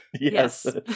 Yes